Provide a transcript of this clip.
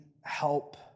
help